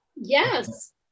Yes